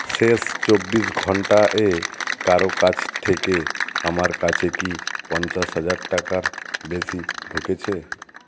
শেষ চব্বিশ ঘন্টা এ কারও কাছ থেকে আমার কাছে কি পঞ্চাশ হাজার টাকার বেশি ঢুকেছে